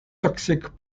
toxiques